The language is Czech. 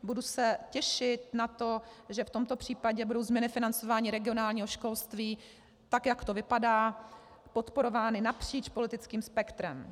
Budu se těšit na to, že v tomto případě budou změny financování regionálního školství, tak jak to vypadá, podporovány napříč politickým spektrem.